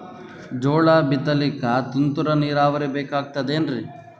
ಜೋಳ ಬಿತಲಿಕ ತುಂತುರ ನೀರಾವರಿ ಬೇಕಾಗತದ ಏನ್ರೀ?